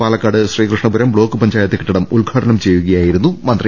Palakkad Sreekrishnapuram block panchayat കെട്ടിടം ഉദ്ഘാടനം ചെയ്യുകയായിരുന്നു മന്ത്രി